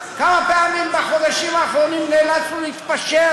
כמה פעמים בחודשים האחרונים נאלצנו להתפשר